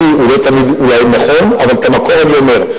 אולי לא תמיד הוא נכון אבל את המקור אני אומר.